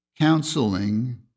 counseling